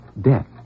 Death